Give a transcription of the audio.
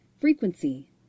Frequency